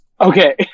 Okay